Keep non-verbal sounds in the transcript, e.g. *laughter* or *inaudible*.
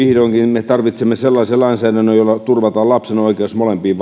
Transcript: me tarvitsemme sellaisen lainsäädännön jolla turvataan lapsen oikeus molempiin *unintelligible*